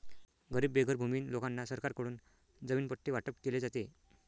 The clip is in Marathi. गरीब बेघर भूमिहीन लोकांना सरकारकडून जमीन पट्टे वाटप केले जाते